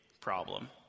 problem